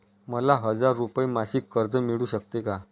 मला हजार रुपये मासिक कर्ज मिळू शकते का?